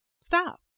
Stop